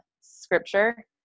scripture